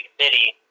city